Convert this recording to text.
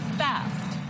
fast